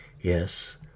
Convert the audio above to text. Yes